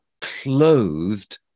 clothed